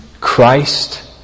Christ